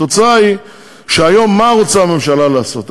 התוצאה היא שהיום, מה רוצה הממשלה לעשות?